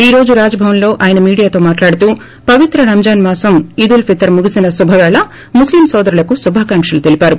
ఈ రోజు రాజ్భవన్లో ఆయన మీడియాతో మాట్లాడుతూ పవిత్ర రంజాన్ మాసం ఈద్ ఉల్ ఫితర్ ముగిసిన శుభవేళ ముస్లిం నోదరులకు శుభాకాంకులు తెలిపారు